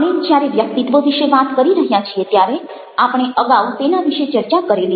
આપણે જ્યારે વ્યક્તિત્વ વિશે વાત કરી રહ્યા છીએ ત્યારે આપણે અગાઉ તેના વિશે ચર્ચા કરેલી છે